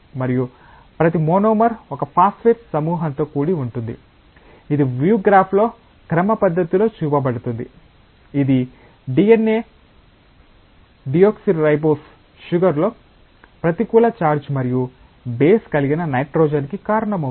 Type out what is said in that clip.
మరియు ప్రతి మోనోమర్ ఒక ఫాస్ఫేట్ సమూహంతో కూడి ఉంటుంది ఇది వ్యూ గ్రాఫ్ లో క్రమపద్ధతిలో చూపబడుతుంది ఇది DNA డియోక్సిరైబోస్ షుగర్ లో ప్రతికూల చార్జ్ మరియు బేస్ కలిగిన నైట్రోజన్ కి కారణమవుతుంది